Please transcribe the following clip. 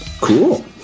cool